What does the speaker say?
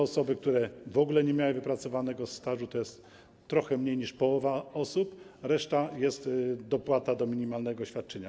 Osób, które w ogóle nie miały wypracowanego stażu, jest trochę mniej niż połowa, a w przypadku reszty jest dopłata do minimalnego świadczenia.